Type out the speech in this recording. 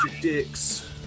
dicks